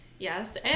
Yes